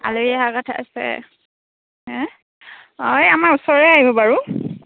আলহী অহা কথা আছে হা অঁ এই আমাৰ ওচৰৰে আহিব বাৰু